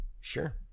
sure